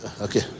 okay